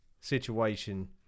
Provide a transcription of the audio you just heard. situation